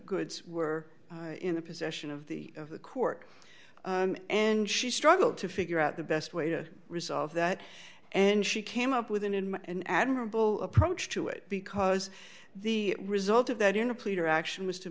goods were in the possession of the of the court and she struggled to figure out the best way to resolve that and she came up with an in an admirable approach to it because the result of that in a pleader action was to